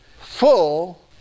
full